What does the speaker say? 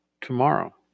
tomorrow